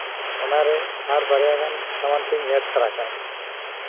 ᱚᱱᱟ ᱨᱮ ᱟᱨ ᱵᱟᱨᱭᱟ ᱜᱟᱱ ᱥᱟᱢᱟᱱ ᱛᱤᱧ ᱮᱰ ᱛᱟᱨᱟ ᱠᱟᱜ ᱢᱮ